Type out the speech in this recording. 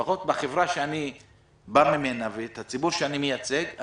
לפחות בחברה שאני בא ממנה והציבור שאני מייצג,